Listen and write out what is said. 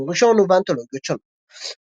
מקור ראשון ובאנתולוגיות שונות.